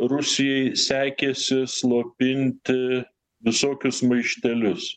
rusijai sekėsi slopinti visokius maištelius